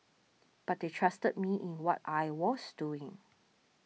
but they trusted me in what I was doing